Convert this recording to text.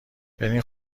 برین